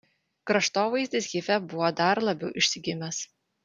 kraštovaizdis hife buvo dar labiau išsigimęs